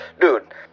dude